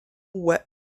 wet